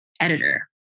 editor